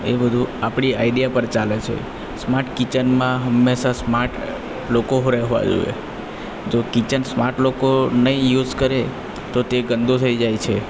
એ બધું આપણી આઇડિયા પર ચાલે છે સ્માર્ટ કિચનમાં હંમેશા સ્માર્ટ લોકો રહેવાં જોઈએ જો કિચન સ્માર્ટ લોકો નહી યુસ કરે તો તે ગંદો થઈ જાય છે